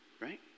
right